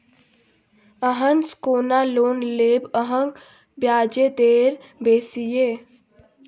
अहाँसँ कोना लोन लेब अहाँक ब्याजे दर बेसी यै